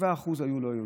7% היו לא יהודים.